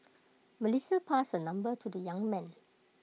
Melissa passed her number to the young man